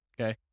okay